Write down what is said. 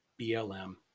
BLM